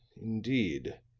indeed.